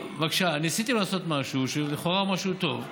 בבקשה, ניסיתי לעשות משהו, שלכאורה הוא משהו טוב,